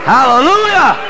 Hallelujah